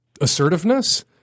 assertiveness